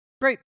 Great